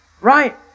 Right